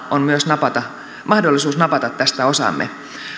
on mahdollisuus napata tästä osamme